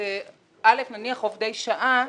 עובדי שעה,